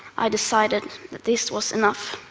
i decided that this was enough.